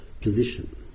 position